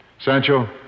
Sancho